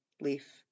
leaf